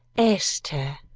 esther!